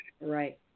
right